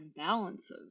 imbalances